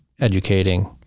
educating